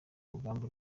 rugamba